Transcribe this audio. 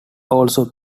also